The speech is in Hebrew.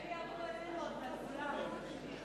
הם יעברו אלינו עוד מעט, כולם.